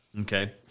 Okay